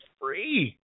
free